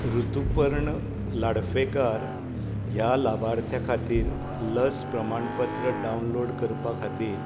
रुतुपर्ण लाडफेकार ह्या लाबार्थ्यां खातीर लस प्रमाण पत्र डावनलोड करपा खातीर